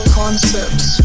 concepts